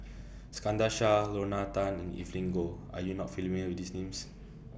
Iskandar Shah Lorna Tan and Evelyn Goh Are YOU not familiar with These Names